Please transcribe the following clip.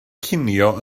cinio